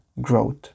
GROWTH